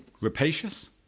rapacious